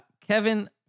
Kevin